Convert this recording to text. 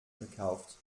verkauft